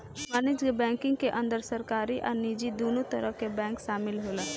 वाणिज्यक बैंकिंग के अंदर सरकारी आ निजी दुनो तरह के बैंक शामिल होला